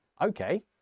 okay